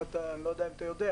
אני לא יודע אם אתה יודע,